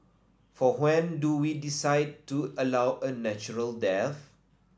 for when do we decide to allow a natural death